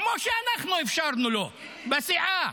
כמו שאנחנו אפשרנו לו בסיעה?